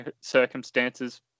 circumstances